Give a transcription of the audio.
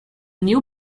new